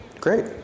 Great